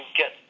get